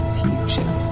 future